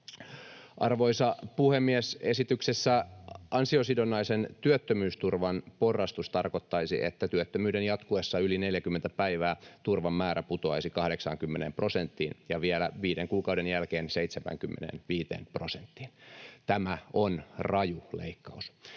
Arvoisa puhemies! Esityksessä ansiosidonnaisen työttömyysturvan porrastus tarkoittaisi, että työttömyyden jatkuessa yli 40 päivää turvan määrä putoaisi 80 prosenttiin ja vielä viiden kuukauden jälkeen 75 prosenttiin. Tämä on raju leikkaus,